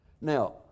Now